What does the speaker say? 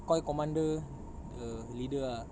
coy commander err leader ah